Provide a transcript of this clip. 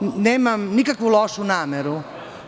Nemam nikakvu lošu nameru,